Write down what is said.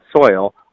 soil